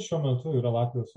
šiuo metu yra latvijos